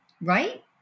right